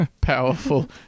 Powerful